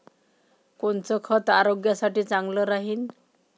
कोनचं खत आरोग्यासाठी चांगलं राहीन?